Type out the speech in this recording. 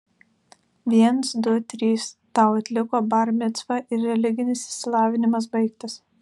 viens du trys tau atliko bar micvą ir religinis išsilavinimas baigtas